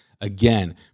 again